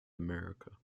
america